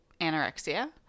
anorexia